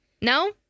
No